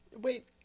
Wait